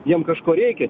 jiem kažko reikia